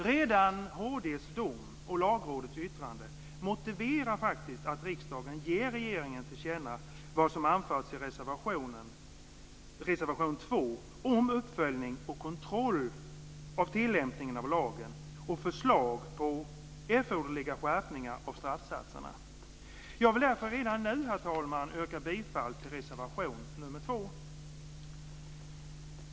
Redan HD:s dom och Lagrådets yttrande motiverar faktiskt att riksdagen ger regeringen till känna vad som anförs i reservation 2 om uppföljning och kontroll av tillämpningen av lagen och förslag på erforderliga skärpningar av straffsatserna. Herr talman! Jag yrkar därför redan nu bifall till reservation nr 2.